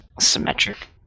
symmetric